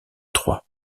troie